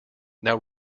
now